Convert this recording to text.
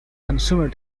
consumer